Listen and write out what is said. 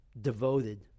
devoted